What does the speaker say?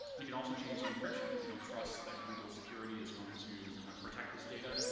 we can also change the encryption. if you don't trust that google security is going to protect this data,